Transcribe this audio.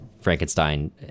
Frankenstein